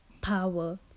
power